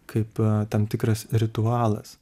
kaip tam tikras ritualas